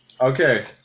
Okay